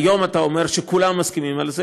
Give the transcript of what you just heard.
היום אתה אומר שכולם מסכימים על זה.